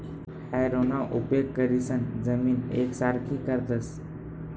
हॅरोना उपेग करीसन जमीन येकसारखी करतस